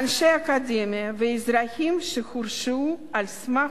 אנשי אקדמיה ואזרחים שהורשעו על סמך